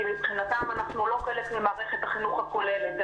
כי מבחינתם אנחנו לא חלק ממערכת החינוך הכוללת,